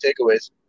takeaways